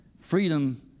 Freedom